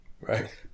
Right